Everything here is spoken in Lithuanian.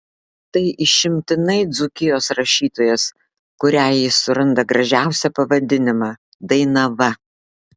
tai išimtinai dzūkijos rašytojas kuriai jis suranda gražiausią pavadinimą dainava